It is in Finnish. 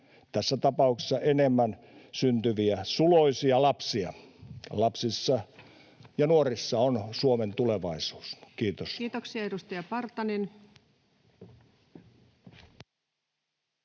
tässä tapauksessa enemmän syntyviä suloisia lapsia. Lapsissa ja nuorissa on Suomen tulevaisuus. [Speech 191] Speaker: Ensimmäinen